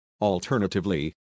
Alternatively